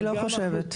אני לא חושבת.